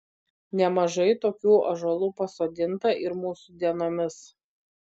nemažai tokių ąžuolų pasodinta ir mūsų dienomis